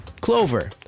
Clover